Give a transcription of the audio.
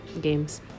games